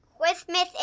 Christmas